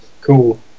cool